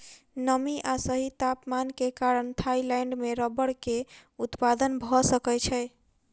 नमी आ सही तापमान के कारण थाईलैंड में रबड़ के उत्पादन भअ सकै छै